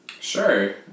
Sure